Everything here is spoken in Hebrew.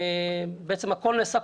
בעצם הכול נעשה,